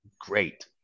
Great